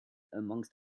amongst